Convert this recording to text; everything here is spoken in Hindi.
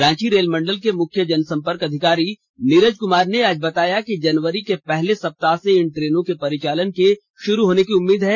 रांची रेल मंडल के मुख्य जनसम्पर्क अधिकारी नीरज कुमार ने आज बताया कि जनवरी के पहले सप्ताह से इन ट्रेनों के परिचालन के शुरू होने की उम्मीद है